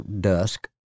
dusk